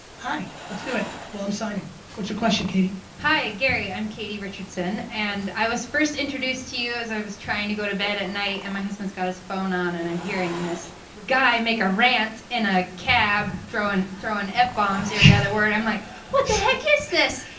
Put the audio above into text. let's do it, while i'm signing. what's your question, katie? hi gary, i'm katie richardson, and i was first introduced to you as i was trying to go to bed at night and my husband's got his phone on and i'm hearing this guy make a rant in a cab throwing throwing f-bombs every yeah other word, i'm like what the heck is this?